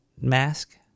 Mask